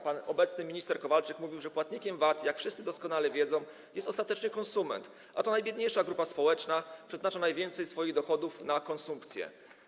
Pan obecny minister Kowalczyk mówił: płatnikiem VAT, jak wszyscy doskonale wiedzą, jest ostatecznie konsument, a to najbiedniejsza grupa społeczna przeznacza najwięcej swoich dochodów na konsumpcję.